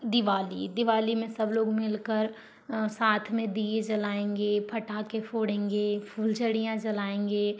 दिवाली दिवाली में सब लोग मिलकर साथ में दिये जलाएंगे फटाके फोड़ेंगे फुलझड़ियाँ जलाएंगे